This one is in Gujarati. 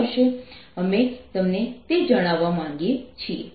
અમે તમને તે જાણવા માંગીએ છીએ